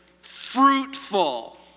fruitful